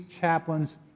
Chaplains